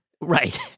Right